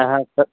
हां सर